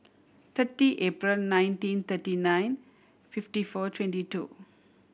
thirty April nineteen thirty nine fifty four twenty two